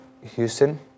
Houston